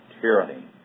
tyranny